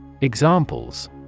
Examples